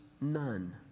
none